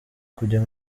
kujya